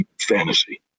fantasy